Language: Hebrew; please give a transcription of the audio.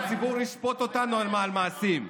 אותנו על מעשים.